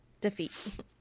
defeat